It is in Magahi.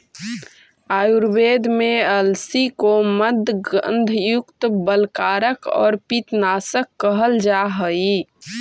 आयुर्वेद में अलसी को मन्दगंधयुक्त, बलकारक और पित्तनाशक कहल जा हई